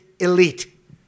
elite